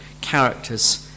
characters